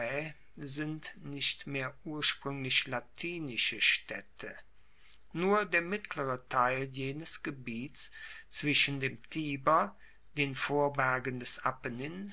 sind nicht mehr urspruenglich latinische staedte nur der mittlere teil jenes gebietes zwischen dem tiber den vorbergen des